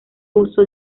uso